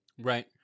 Right